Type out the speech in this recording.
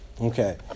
Okay